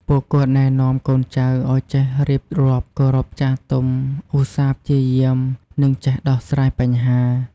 ពួកគាត់ណែនាំកូនចៅឲ្យចេះរៀបរាប់ គោរពចាស់ទុំ ឧស្សាហ៍ព្យាយាម និងចេះដោះស្រាយបញ្ហា។